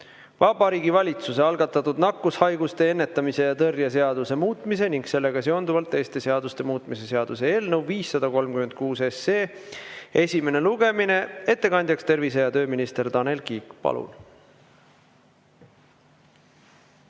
Vabariigi Valitsuse algatatud nakkushaiguste ennetamise ja tõrje seaduse muutmise ning sellega seonduvalt teiste seaduste muutmise seaduse eelnõu 536 esimene lugemine, ettekandjaks tervise‑ ja tööminister Tanel Kiik. Palun!